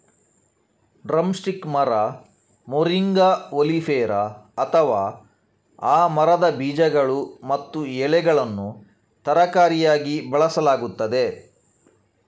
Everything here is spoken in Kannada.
ಡ್ರಮ್ ಸ್ಟಿಕ್ ಮರ, ಮೊರಿಂಗಾ ಒಲಿಫೆರಾ, ಅಥವಾ ಆ ಮರದ ಬೀಜಗಳು ಮತ್ತು ಎಲೆಗಳನ್ನು ತರಕಾರಿಯಾಗಿ ಬಳಸಲಾಗುತ್ತದೆ